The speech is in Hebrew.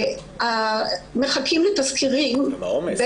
בגלל העומס.